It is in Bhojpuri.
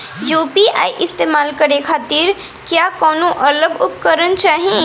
यू.पी.आई इस्तेमाल करने खातिर क्या कौनो अलग उपकरण चाहीं?